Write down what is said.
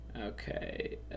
Okay